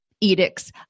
edicts